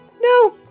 No